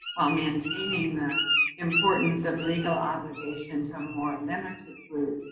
maintaining the importance of legal obligation to a more limited group,